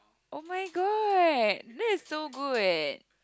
oh-my-god that is so good